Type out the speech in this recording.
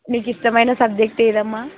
మీకు ఇష్టమైన సబ్జెక్ట్ ఏదమ్మా